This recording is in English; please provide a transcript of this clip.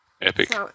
epic